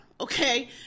okay